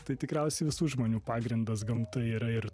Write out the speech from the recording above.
tai tikriausiai visų žmonių pagrindas gamtoje yra ir